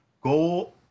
go